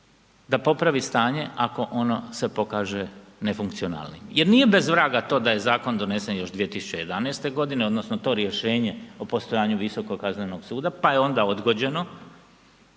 da popravi stanje ako ono se pokaže nefunkcionalnim jer nije bez vraga to da je zakon donesen još 2011.g. odnosno to rješenje o postojanju Visokog kaznenog suda, pa je onda odgođeno